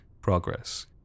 progress